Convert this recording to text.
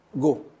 Go